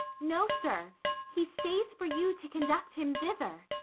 no, sir he stays for you to conduct him thither.